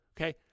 okay